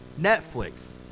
Netflix